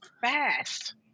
fast